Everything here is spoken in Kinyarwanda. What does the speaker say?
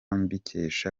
mbikesha